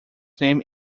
named